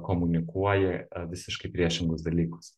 komunikuoji visiškai priešingus dalykus